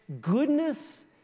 goodness